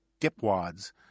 dipwads